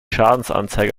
schadensanzeige